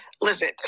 Listen